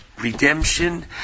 Redemption